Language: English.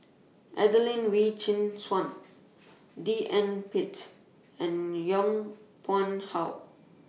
Adelene Wee Chin Suan D N Pritt and Yong Pung How